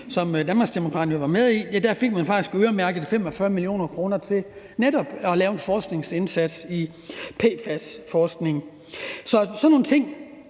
som Danmarksdemokraterne jo var med i, fik man faktisk øremærket 45 mio. kr. til netop at lave en indsats inden for forskning i